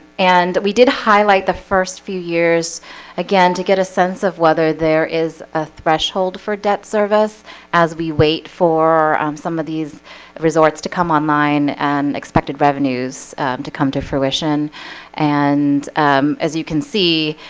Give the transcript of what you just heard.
and we did highlight the first few years again to get a sense of whether there is a threshold for debt service as we wait for some of these resorts to come online and expected revenues to come to fruition and um as you can see